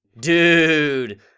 Dude